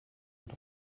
mit